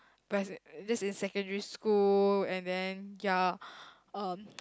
pres~ this is secondary school and then ya um